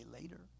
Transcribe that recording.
later